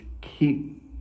keep